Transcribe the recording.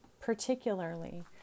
particularly